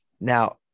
now